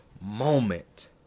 moment